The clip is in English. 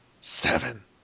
Seven